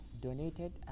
donated